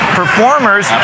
performers